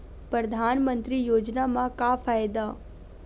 परधानमंतरी योजना म का फायदा?